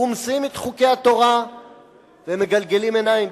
רומסים את חוקי התורה ומגלגלים עיניים,